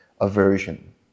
aversion